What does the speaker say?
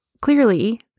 Clearly